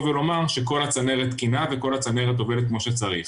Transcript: ולומר שכל הצנרת תקינה וכל הצנרת עובדת כמו שצריך,